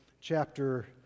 chapter